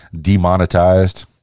demonetized